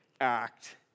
act